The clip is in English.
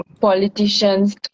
politicians